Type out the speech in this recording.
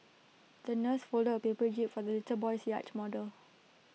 the nurse folded A paper jib for the little boy's yacht model